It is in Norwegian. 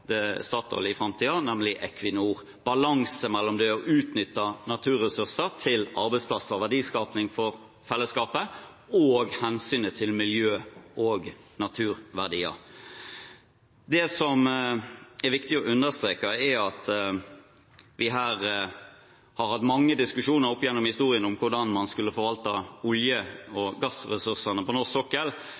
navnet på Statoil i framtiden, nemlig Equinor – balanse mellom det å utnytte naturressurser til arbeidsplasser, verdiskaping for fellesskapet og hensynet til miljø- og naturverdier. Det som er viktig å understreke, er at vi har hatt mange diskusjoner opp gjennom historien om hvordan man skulle forvalte olje- og gassressursene på norsk sokkel.